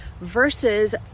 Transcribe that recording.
versus